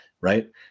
right